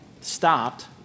stopped